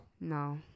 No